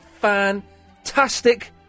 fantastic